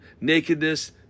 nakedness